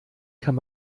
kann